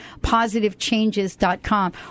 positivechanges.com